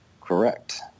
Correct